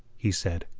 he said,